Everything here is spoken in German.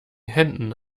händen